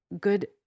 good